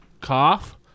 cough